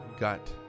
gut